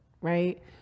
right